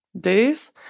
days